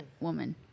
Woman